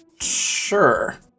Sure